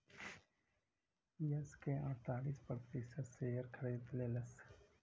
yes के अड़तालीस प्रतिशत शेअर खरीद लेलस